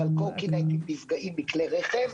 אבל קורקינטים נפגעים מהולכי רגל,